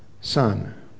Son